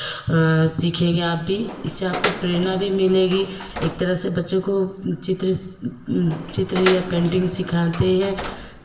सीखेंगे आप भी इससे आपको प्रेरणा भी मिलेगी एक तरह से बच्चों को चित्र चित्र या पेंटिंग सिखाते हैं